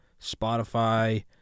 Spotify